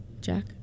Jack